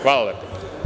Hvala lepo.